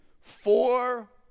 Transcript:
four